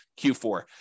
Q4